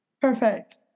Perfect